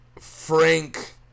Frank